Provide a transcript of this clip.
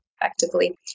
effectively